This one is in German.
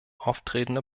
auftretende